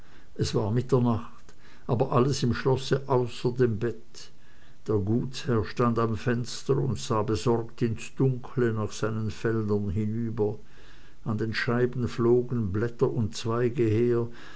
es war mitternacht aber alles im schlosse außer dem bett der gutsherr stand am fenster und sah besorgt ins dunkle nach seinen feldern hinüber an den scheiben flogen blätter und zweige her